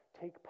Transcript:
take